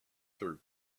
through